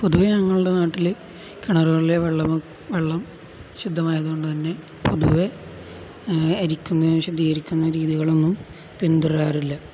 പൊതുവെ ഞങ്ങളുടെ നാട്ടില്ല് കിണറുകളിലെ വെള്ളം വെള്ളം ശുദ്ധമായതതുകൊണ്ടുതന്നെ പൊതുവെ അരിക്കുന്ന ശുദ്ധീകരിക്കുന്ന രീതികളൊന്നും പിന്തുടരാറില്ല